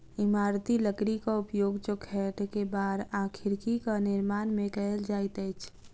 इमारती लकड़ीक उपयोग चौखैट, केबाड़ आ खिड़कीक निर्माण मे कयल जाइत अछि